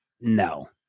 No